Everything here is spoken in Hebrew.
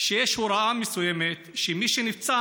שיש הוראה מסוימת שמי שנפצע,